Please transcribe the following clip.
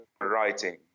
writing